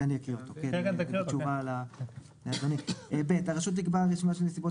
אני אקריא אותו: 7/ב'.הרשות תקבע רשימה של נסיבות